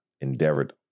endeavored